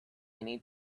need